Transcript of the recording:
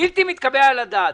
בלתי-מתקבל על הדעת.